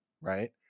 Right